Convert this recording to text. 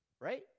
right